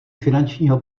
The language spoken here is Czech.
finančního